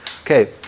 Okay